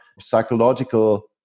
psychological